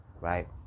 right